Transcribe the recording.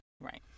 Right